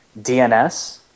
DNS